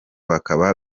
bakaba